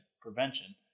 prevention